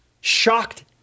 shocked